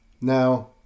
Now